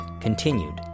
continued